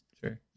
sure